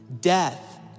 Death